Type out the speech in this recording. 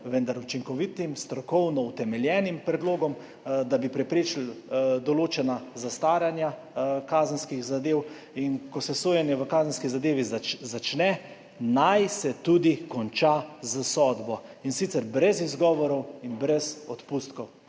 vendar učinkovitim, strokovno utemeljenim predlogom, da bi preprečili določena zastaranja kazenskih zadev. Ko se sojenje v kazenski zadevi začne, naj se tudi konča s sodbo, in sicer brez izgovorov in brez odpustkov.